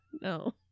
No